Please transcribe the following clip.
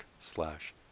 slash